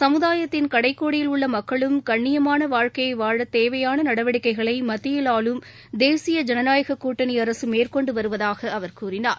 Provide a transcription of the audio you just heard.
சமுதாயத்தின் கடடக்கோடியில் உள்ள மக்களும் கண்ணியமாள வாழ்க்கையை வாழத் தேவையாள நடவடிக்கைகளை மத்தியில் ஆளும் தேசிய ஜனநாயகக் கூட்டணி அரசு மேற்கொண்டு வருவதாக அவர் கூறினார்